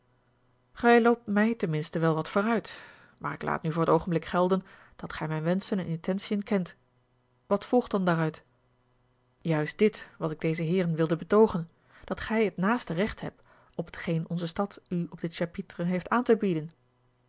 gij loopt mij ten minste wel wat vooruit maar ik laat nu voor t oogenblik gelden dat gij mijne wenschen en intentiën kent wat volgt dan daaruit a l g bosboom-toussaint langs een omweg juist dit wat ik deze heeren wilde betoogen dat gij het naaste recht hebt op t geen onze stad u op dit chapitre heeft aan te bieden